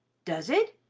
does it?